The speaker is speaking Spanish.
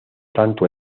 tanto